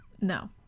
No